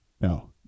No